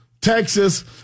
Texas